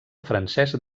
francesc